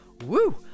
Woo